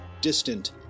distant